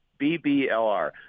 BBLR